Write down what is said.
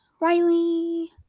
riley